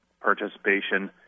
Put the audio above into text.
participation